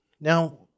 Now